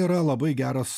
yra labai geras